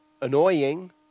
annoying